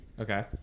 Okay